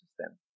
system